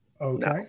Okay